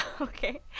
Okay